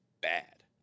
bad